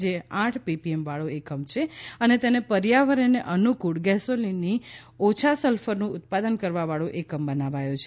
જે આઠ પીપીએમ વાળો એકમ છે અને તેને પર્યાવરણને અનુકૂળ ગેસોલીનની ઓછા સલ્ફરનું ઉત્પાદન કરવાવાળો એકમ બનાવાયો છે